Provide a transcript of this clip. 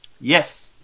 Yes